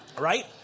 Right